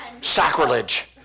Sacrilege